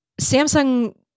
Samsung